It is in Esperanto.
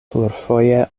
plurfoje